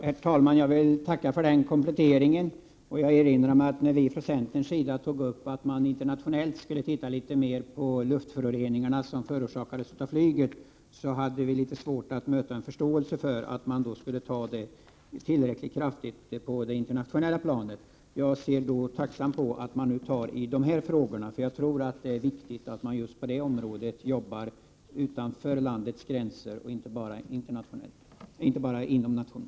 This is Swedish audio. Herr talman! Jag vill tacka för denna komplettering. Jag erinrar mig att när vi från centerns sida tog upp att man på det internationella planet ytterligare skulle studera de luftföroreningar som förorsakas av flyget, hade vi litet svårt att möta förståelse. Jag ser tacksamt att man nu tar tag i dessa frågor. Jag tror att det är viktigt att man just på detta område arbetar utanför landets gränser och inte bara inom nationen.